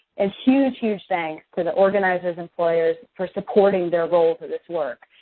and huge, huge thanks to the organizer's employers for supporting their roles in this work.